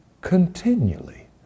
continually